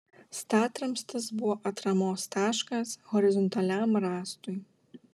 statramstis buvo atramos taškas horizontaliam rąstui